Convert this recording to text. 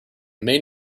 main